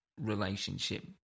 relationship